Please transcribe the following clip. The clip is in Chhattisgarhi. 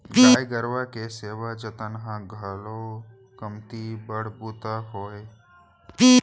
गाय गरूवा के सेवा जतन ह घलौ कमती बड़ बूता नो हय